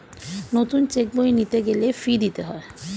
নতুন চেক বই নিতে গেলে ফি দিতে হয়